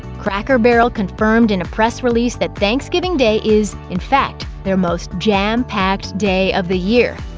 cracker barrel confirmed in a press release that thanksgiving day is, in fact, their most jam-packed day of the year.